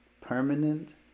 permanent